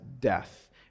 death